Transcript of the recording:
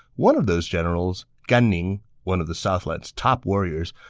one of those generals, gan ning, one of the southlands' top warriors,